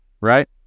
right